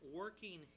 working